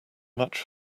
much